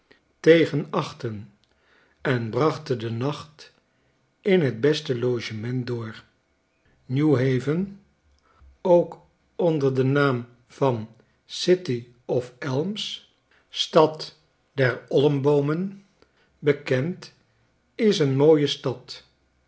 achten en brachten den nacht in t beste logement door new haven ook onder den naam van city of elms stad der olmboomen bekend is een mooie stad